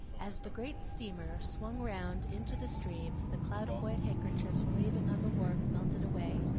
as the great steamer swung round into the stream the cloud of white handkerchiefs waving on the wharf melted away,